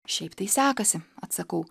šiaip tai sekasi atsakau